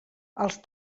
als